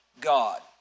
God